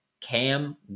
Cam